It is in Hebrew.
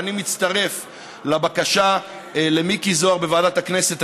אני מצטרף לבקשה של מיקי זוהר בוועדת הכנסת,